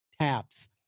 taps